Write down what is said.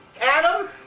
Adam